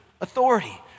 authority